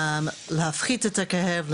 להפחית את הכאב,